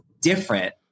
different